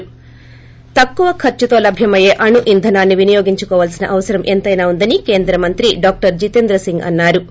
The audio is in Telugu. ి తక్కువ ఖర్పుతో లభ్యమయ్యే అణు ఇంధనాన్ని వినియోగించుకోవాల్సిన అవసరం ఎంతైనా ఉందని కేంద్ర మంత్రి డాక్టర్ జితేంద్ర సింగ్ అన్నా రు